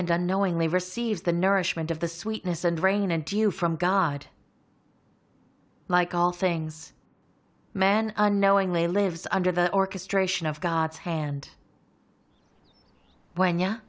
and unknowingly receives the nourishment of the sweetness and rain and you from god like all things man unknowingly lives under the orchestration of god's hand when y